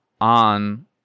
on